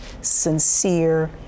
sincere